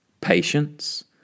patience